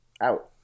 out